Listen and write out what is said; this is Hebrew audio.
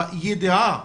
הידיעה